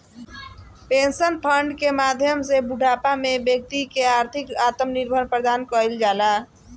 pension fund के माध्यम से बूढ़ापा में बैक्ति के आर्थिक आत्मनिर्भर प्रदान कईल जाला